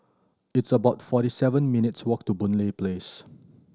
it's about forty seven minutes' walk to Boon Lay Place